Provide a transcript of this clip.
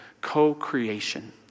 co-creation